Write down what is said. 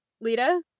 Lita